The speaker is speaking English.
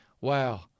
Wow